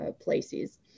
places